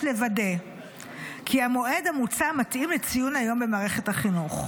יש לוודא כי המועד המוצע מתאים לציון היום במערכת החינוך.